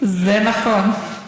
זה נכון,